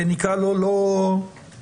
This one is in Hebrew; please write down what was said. נקרא לו לא ראוי.